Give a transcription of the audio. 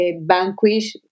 vanquish